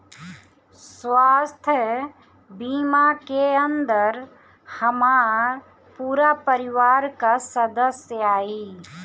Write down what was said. स्वास्थ्य बीमा के अंदर हमार पूरा परिवार का सदस्य आई?